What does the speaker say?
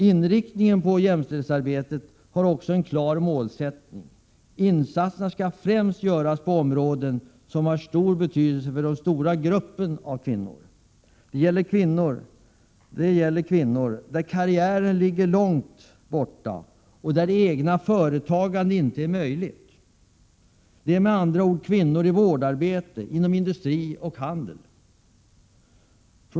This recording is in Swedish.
Inriktningen på jämställdhetsarbetet har också en klar målsättning. Insatserna skall främst göras på områden som är av väsentlig betydelse för den stora gruppen av kvinnor. Det gäller kvinnor där karriär ligger långt borta och där eget företagande inte är möjligt. Det är med andra ord kvinnor i vårdarbete, inom industrier och handel etc.